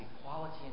equality